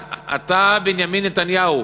רק אתה, בנימין נתניהו,